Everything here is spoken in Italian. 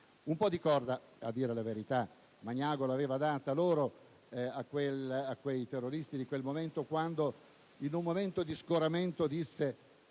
Un po' di corda, a dire la verità, Magnago l'aveva data ai terroristi in quel momento, quando, in un momento di scoramento, disse: